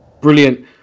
brilliant